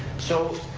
so,